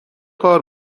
کار